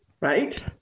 right